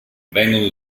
vengono